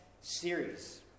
series